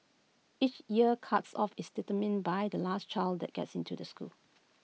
each year's cuts off is determined by the last child that gets into the school